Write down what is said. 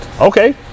Okay